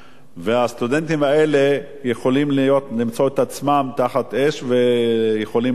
והסטודנטים האלה יכולים למצוא את עצמם תחת אש ויכולים להיפגע.